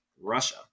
russia